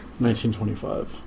1925